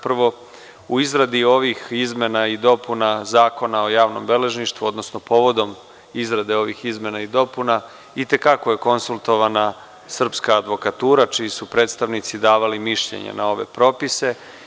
Prvo, u izradi ovih izmena i dopuna Zakona o javnom beležništvu, odnosno povodom izgrade ovih izmena i dopuna i te kako je konsultovana srpska advokatura čiji su predstavnici davali mišljenja na ove propise.